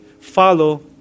follow